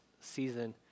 season